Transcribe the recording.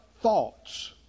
thoughts